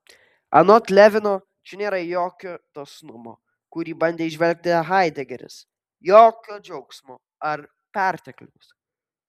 anot levino čia nėra jokio dosnumo kurį bandė įžvelgti haidegeris jokio džiaugsmo ar pertekliaus